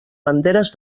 banderes